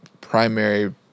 primary